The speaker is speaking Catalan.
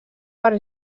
per